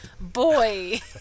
Boy